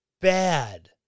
bad